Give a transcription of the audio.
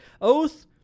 oath